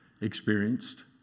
experienced